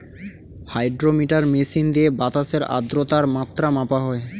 hydrometer machine দিয়ে বাতাসের আদ্রতার মাত্রা মাপা হয়